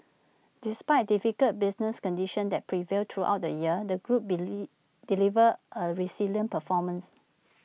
despite difficult business conditions that prevailed throughout the year the group delivered A resilient performance